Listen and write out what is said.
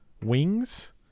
wings